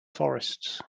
forests